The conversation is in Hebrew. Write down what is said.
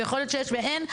ויכול להיות שיש ואין.